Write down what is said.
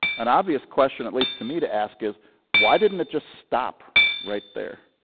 an obvious question, at least to me, to ask is why didn't it just stop right there?